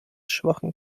schwachen